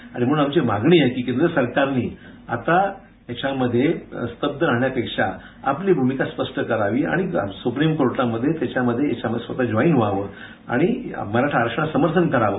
आणि म्हणून आमची मागणी आहे की केंद्र सरकारने आता याच्या मध्ये स्तब्ध राहण्यापेक्षा आपली भूमिका स्पष्ट करावी आणि सुप्रीम कोर्टा मध्ये याच्यामध्ये स्वतहून जॉईन व्हावं आणि मराठा आरक्षणाला समर्थन करावं